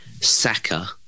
Saka